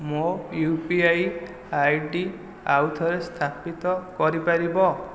ମୋ U P I ID ଆଉଥରେ ସ୍ଥାପିତ କରି ପାରିବ